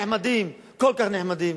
נחמדים, כל כך נחמדים.